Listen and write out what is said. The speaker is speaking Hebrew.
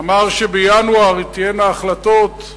אמר שבינואר תהיינה החלטות,